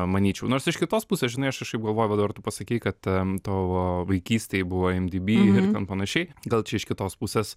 manyčiau nors iš kitos pusės žinai aš kažkaip galvoju va dabar tu pasakei kad tavo vaikystėj buvo imdb ir ten panašiai gal čia iš kitos pusės